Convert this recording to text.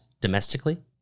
domestically